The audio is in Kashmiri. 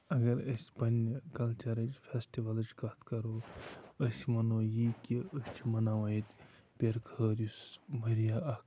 اَگر أسۍ پنٛنہِ کَلچَرٕچ فٮ۪سٹِوَلٕچ کَتھ کَرو أسۍ وَنو یی کہِ أسۍ چھِ مَناوان ییٚتہِ پِرٕ خٲر یُس واریاہ اَکھ